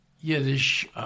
Yiddish, –